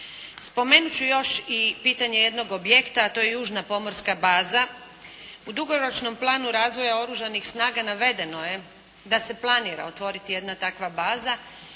Spomenut ću još i pitanje jednog objekta, a to je Južna pomorska baza. U dugoročnom planu razvoja Oružanih snaga navedeno je da se planira otvoriti jedna takva baza,